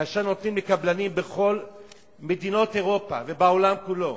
כאשר בכל מדינות אירופה ובעולם כולו